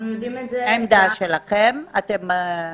עמדתכם בנושא?